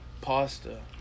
pasta